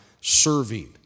serving